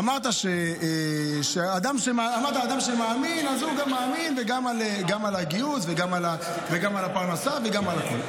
אמרת: אדם שמאמין אז הוא מאמין גם על הגיוס וגם על הפרנסה וגם על הכול.